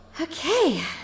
Okay